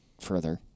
further